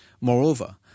Moreover